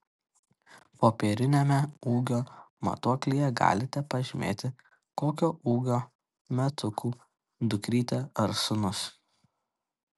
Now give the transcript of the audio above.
popieriniame ūgio matuoklyje galite pažymėti kokio ūgio metukų dukrytė ar sūnus